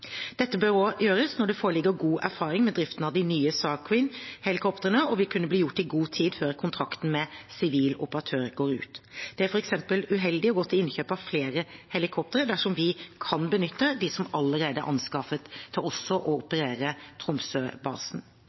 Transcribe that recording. Dette bør gjøres når det foreligger god erfaring med driften av de nye SAR Queen helikoptrene og vil kunne bli gjort i god tid før kontrakten med sivil operatør går ut. Det er f.eks. uheldig å gå til innkjøp av flere helikoptre dersom vi kan benytte dem som allerede er anskaffet, til også å operere Tromsøbasen.